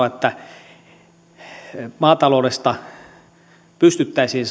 että silloin maataloudesta pystyttäisiin